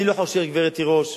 אני לא חושש, גברת תירוש,